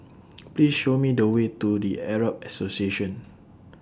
Please Show Me The Way to The Arab Association